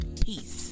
Peace